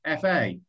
FA